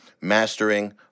mastering